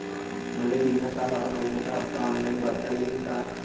मले बिम्याचा हर मइन्याचा हप्ता ऑनलाईन भरता यीन का?